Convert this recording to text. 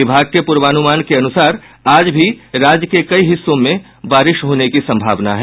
विभाग के पूर्वानुमान के अनुसार आज भी राज्य के कई हिस्सों में बारिश होने की संभावना है